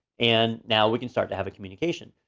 and now we can start to have a communication.